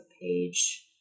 page